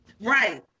Right